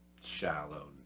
shallow